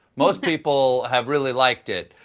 most people have really liked it,